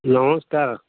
ନମସ୍କାର